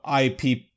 IP